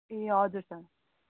ए हजुर सर